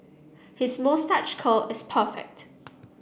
his moustache curl is perfect